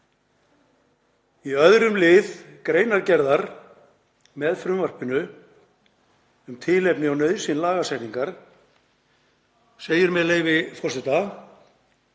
Í 2. lið greinargerðar með frumvarpinu um tilefni og nauðsyn lagasetningar segir, með leyfi forseta: